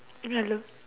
hello